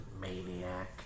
Maniac